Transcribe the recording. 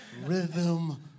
rhythm